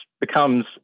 becomes